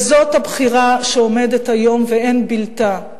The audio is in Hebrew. זאת הבחירה שעומדת היום ואין בלתה: